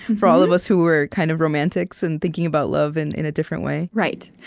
for all of us who are kind of romantics and thinking about love and in a different way right.